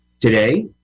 today